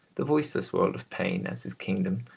the voiceless world of pain, as his kingdom,